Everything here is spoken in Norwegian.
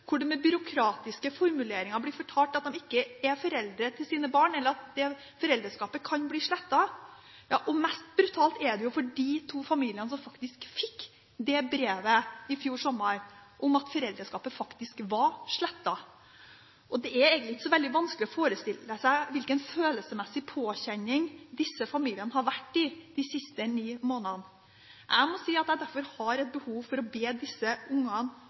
hvor de med byråkratiske formuleringer blir fortalt at de ikke er foreldre til sine barn, eller at foreldreskapet kan bli slettet. Mest brutalt er det for de to familiene som fikk det brevet i fjor sommer om at foreldreskapet faktisk var slettet. Det er egentlig ikke så veldig vanskelig å forestille seg hvilken følelsesmessig påkjenning disse familiene har vært i de siste ni månedene. Jeg må si at jeg derfor har et behov for å be disse ungene